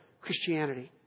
Christianity